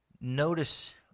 Notice